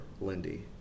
Lindy